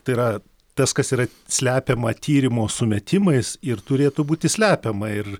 tai yra tas kas yra slepiama tyrimo sumetimais ir turėtų būti slepiama ir